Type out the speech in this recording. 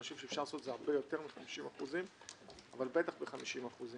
אני חושב שאפשר להוריד ביותר מ-50% אבל וודאי שאפשר להוריד ב-50%.